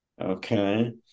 Okay